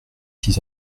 six